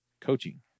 coaching